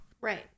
Right